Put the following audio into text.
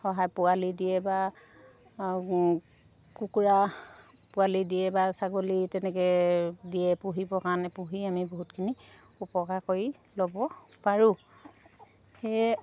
সহায় পোৱালি দিয়ে বা কুকুৰা পোৱালি দিয়ে বা ছাগলী তেনেকৈ দিয়ে পুহিব কাৰণে পুহি আমি বহুতখিনি উপকাৰ কৰি ল'ব পাৰোঁ সেয়ে